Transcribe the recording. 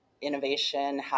innovation